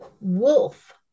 wolf